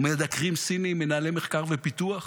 מדקרים סיניים, מנהלי מחקר ופיתוח,